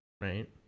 right